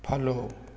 follow